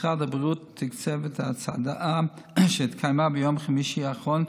משרד הבריאות תקצב את הצעדה שהתקיימה ביום חמישי האחרון,